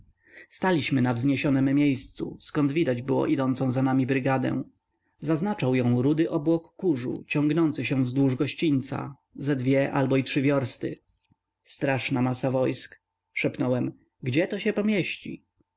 staliśmy na wzniesionem miejscu zkąd widać było idącą za nami brygadę zaznaczał ją rudy obłok kurzu ciągnący się wzdłuż gościńca ze dwie albo i trzy wiorsty straszna masa wojsk szepnąłem gdzie się to pomieści